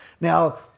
Now